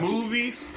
Movies